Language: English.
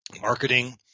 marketing